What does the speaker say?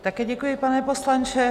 Také děkuji, pane poslanče.